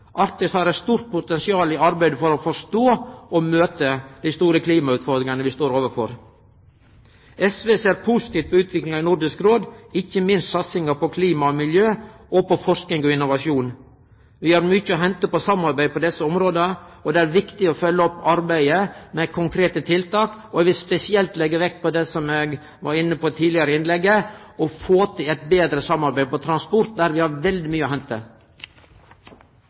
har eit stort potensial i arbeidet for å forstå og møte dei store klimautfordringane vi står overfor. SV ser positivt på utviklinga i Nordisk Råd, ikkje minst når det gjeld satsing på klima og miljø, og på forsking og innovasjon. Vi har mykje å hente på samarbeid på desse områda, og det er viktig å følgje opp arbeidet med konkrete tiltak. Eg vil spesielt leggje vekt på det som eg var inne på tidlegare i innlegget, å få til eit betre samarbeid når det gjeld transport, der vi har veldig mykje å hente.